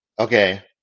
Okay